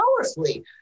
powerfully